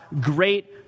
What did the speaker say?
great